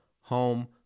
home